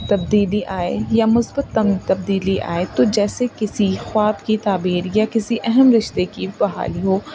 تبدیلی آئے یا مثبت تنگ تبدیلی آئے تو جیسے کسی خواب کی تعبیر یا کسی اہم رشتے کی بہالی ہو